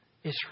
Israel